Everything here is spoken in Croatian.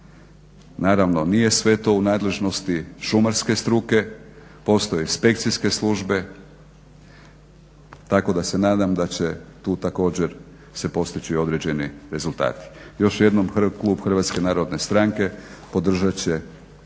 Naravno nije sve to u nadležnosti šumarske struke, postoji inspekcijske službe tako da se nadam da će tu također se postići određeni rezultati. Još jednom Klub HNS-a podržat će